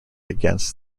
against